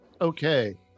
Okay